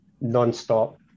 non-stop